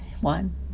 One